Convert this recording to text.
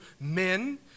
men